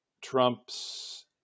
Trump's